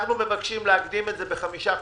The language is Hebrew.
אנו מבקשים להקדים את זה בחמישה חודשים,